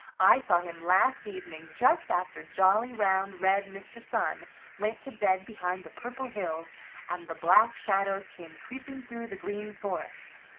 i saw him last evening just after jolly, round, red mr. sun went to bed behind the purple hills and the black shadows came creeping through the green forest.